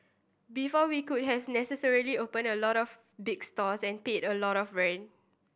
before we could has necessarily opened a lot of big stores and paid a lot of rent